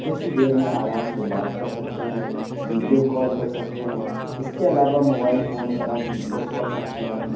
کچھ ہی دیر میں آرام سے بات کر سکتے ہیں ویڈیو کال کر سکتے ہیں اس کے علاوہ موبائل فون پر ہم پی ڈی ایفس پڑھ سکتے ہیں